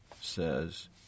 says